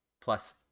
Plus